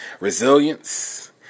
Resilience